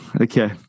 Okay